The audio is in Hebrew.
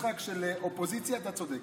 למשל, עכשיו הגיע תורי למשבצת שהקציבו לי.